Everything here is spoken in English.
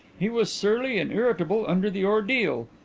he was surly and irritable under the ordeal.